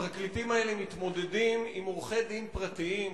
הפרקליטים האלה מתמודדים עם עורכי-דין פרטיים,